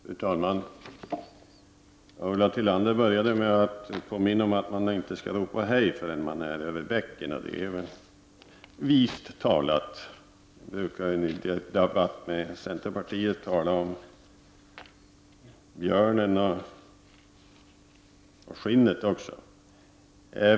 Fru talman! Ulla Tillander började sitt anförande med att säga att man inte skall ropa hej förrän man är över bäcken. Det är vist sagt. Centerpartiet brukar ju också tala om björnen och skinnet.